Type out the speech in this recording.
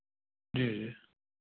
जी